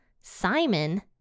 Simon